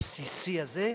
הבסיסי הזה,